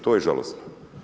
To je žalosno.